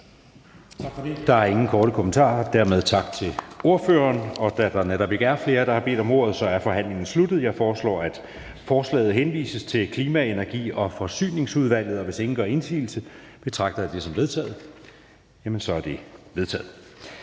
Der er ingen korte bemærkninger, og dermed tak til ordføreren. Da der netop ikke er flere, der har bedt om ordet, er forhandlingen sluttet. Jeg foreslår, at forslaget henvises til Klima-, Energi- og Forsyningsudvalget. Hvis ingen gør indsigelse, betragter jeg det som vedtaget. Det er vedtaget.